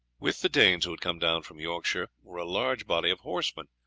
with the danes who had come down from yorkshire were a large body of horsemen,